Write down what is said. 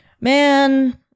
Man